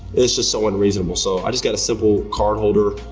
it's just so unreasonable, so i just got a simple card holder,